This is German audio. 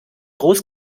groß